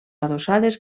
adossades